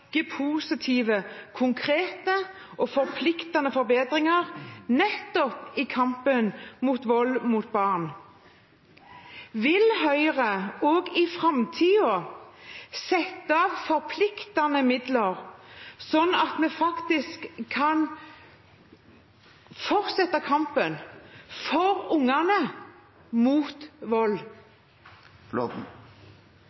rekke positive, konkrete og forpliktende forbedringer nettopp i kampen mot vold mot unger. Vil Høyre også i framtiden sette av forpliktende midler, sånn at vi kan fortsette kampen for ungene – mot vold?